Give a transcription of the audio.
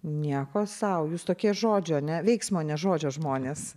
nieko sau jūs tokie žodžio ne veiksmo ne žodžio žmonės